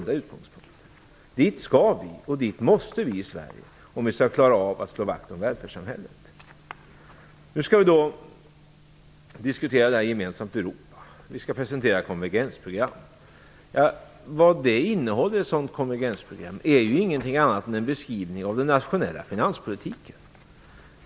Det handlar om sunda utgångspunkter. Om vi skall klara av att slå vakt om välfärdssamhället måste Sverige uppnå dessa mål. Nu skall detta diskuteras gemensamt i Europa. Vi skall presentera ett konvergensprogram. Ett sådant konvergensprogram innehåller ingenting annat än en beskrivning av den nationella finanspolitiken.